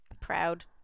proud